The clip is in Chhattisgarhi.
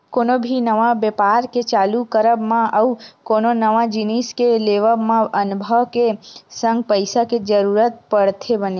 कोनो भी नवा बेपार के चालू करब मा अउ कोनो नवा जिनिस के लेवब म अनभव के संग पइसा के जरुरत पड़थे बने